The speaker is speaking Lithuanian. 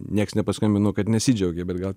nieks nepaskambino kad nesidžiaugė bet gal